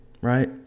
right